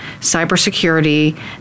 cybersecurity